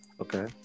Okay